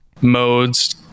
modes